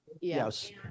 Yes